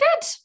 good